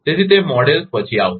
તેથી તે મોડેલો પછી આવશે